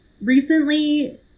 Recently